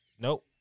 Nope